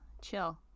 chill